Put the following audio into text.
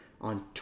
on